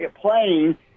playing